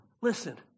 Listen